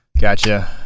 Gotcha